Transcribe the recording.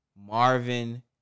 Marvin